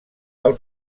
del